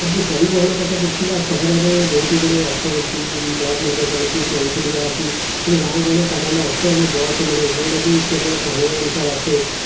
ଆଉ ଯଦି ପରିବହନ କଥା ଦେଖିବା ସହରରେ ବହୁତୁ ଗୁଡ଼ିଏ ଅଟୋ ଅଛି ବସ୍ ମଧ୍ୟ ଚାଲିଛି ଟ୍ରେନ ସୁବିଧା ଅଛି କିନ୍ତୁ ଗାଁଗହଳିରେ ସାଧାରଣତଃ ଅଟୋ ଏବଂ ବସ୍ ମିଳେ ଯେଉଁଗୁଡ଼ାକ କି କେବଳ ସମୟ ଅନୁସାରେ ଆସେ